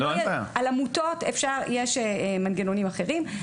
על עמותות יש מנגנונים אחרים,